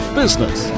business